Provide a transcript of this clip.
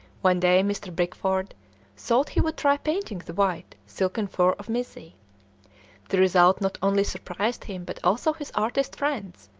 one day mr. bickford thought he would try painting the white, silken fur of mizzi the result not only surprised him but also his artist friends,